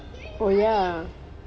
oh ya